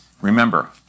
Remember